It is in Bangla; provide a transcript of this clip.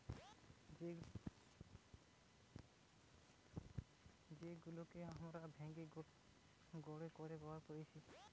যেই গেহুকে হামরা ভেঙে গুঁড়ো করে ব্যবহার করতেছি